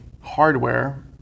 hardware